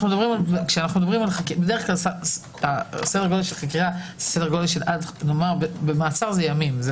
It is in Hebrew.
בדרך כלל סדר גודל של חקירה במעצר זה ימים.